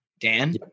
Dan